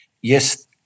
yes